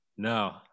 no